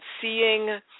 seeing